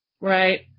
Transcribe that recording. Right